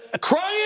crying